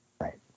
Right